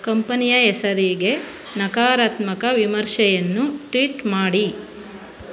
ಕಂಪನಿಯ ಹೆಸರಿಗೆ ನಕಾರಾತ್ಮಕ ವಿಮರ್ಶೆಯನ್ನು ಟ್ವೀಟ್ ಮಾಡಿ